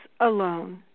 alone